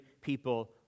people